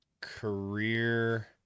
career